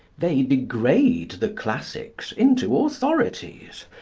they degrade the classics into authorities.